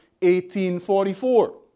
1844